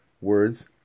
words